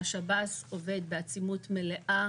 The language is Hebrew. השב"ס עובד בעצימות מלאה